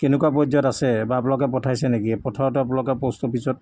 কেনেকুৱা পৰ্যায়ত আছে বা আপোনালোকে পঠাইছে নেকি পঠাওঁতে আপোনালোকে প'ষ্ট অফিচত